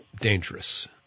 dangerous